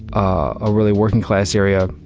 a really working-class area,